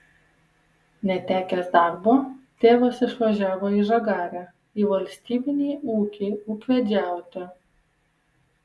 netekęs darbo tėvas išvažiavo į žagarę į valstybinį ūkį ūkvedžiauti